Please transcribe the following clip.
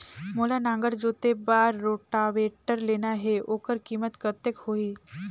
मोला नागर जोते बार रोटावेटर लेना हे ओकर कीमत कतेक होही?